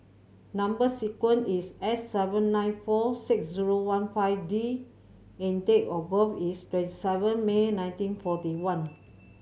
number sequence is S seven nine four six zero one five D and date of birth is twenty seven May nineteen forty one